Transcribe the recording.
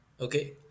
Okay